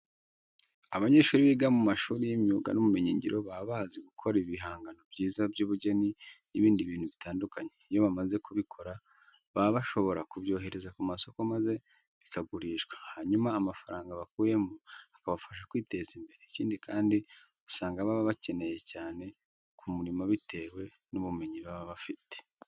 Abanyeshuri biga mu mashuri y'imyuga n'ubumenyingiro baba bazi gukora ibihangano byiza by'ubugeni n'ibindi bintu bitandukanye. Iyo bamaze kubikora baba bashobora kubyohereza ku masoko maze bikagurishwa, hanyuma amafaranga bakuyemo akabafasha kwiteza imbere. Ikindi kandi, usanga baba bakenewe cyane ku murimo bitewe n'ubumenyi baba bafite.